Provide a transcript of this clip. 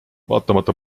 vaatamata